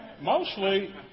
mostly